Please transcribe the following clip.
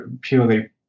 purely